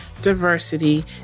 diversity